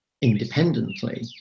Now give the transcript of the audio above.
independently